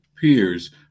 peers